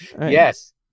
Yes